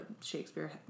Shakespeare